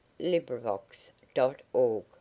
LibriVox.org